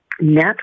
net